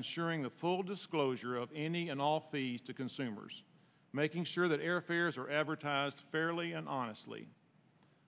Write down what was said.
ensuring the full disclosure of any and all these to consumers making sure that air fares are advertised fairly and honestly